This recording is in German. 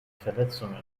verletzungen